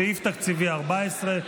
סעיף תקציבי 14,